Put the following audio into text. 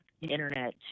Internet